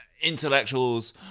intellectuals